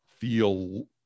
feel